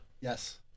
Yes